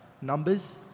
numbers